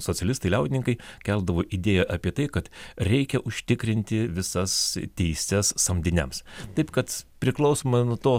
socialistai liaudininkai keldavo idėją apie tai kad reikia užtikrinti visas teises samdiniams taip kad priklausomai nuo to